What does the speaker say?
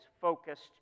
focused